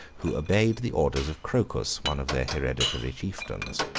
who obeyed the orders of crocus, one of their hereditary chieftains.